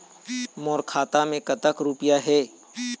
मोर खाता मैं कतक रुपया हे?